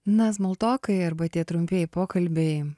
na smol tokai arba tie trumpieji pokalbiai